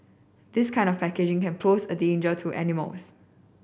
this kind of packaging can pose a danger to animals